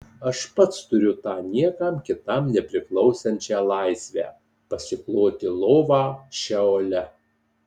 aš pats turiu tą niekam kitam nepriklausančią laisvę pasikloti lovą šeole